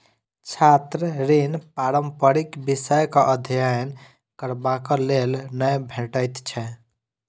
छात्र ऋण पारंपरिक विषयक अध्ययन करबाक लेल नै भेटैत छै